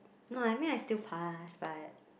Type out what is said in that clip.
no I mean I still pass but